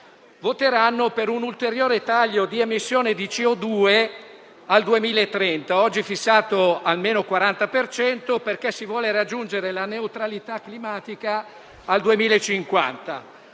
voteranno per un ulteriore taglio delle emissioni di CO2 nel 2030 (oggi è fissato a meno 40 per cento), perché si vuole raggiungere la neutralità climatica nel 2050.